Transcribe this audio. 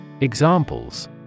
Examples